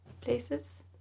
Places